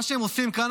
מה שהם עושים כאן,